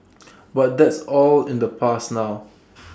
but that's all in the past now